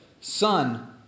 son